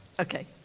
Okay